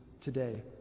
today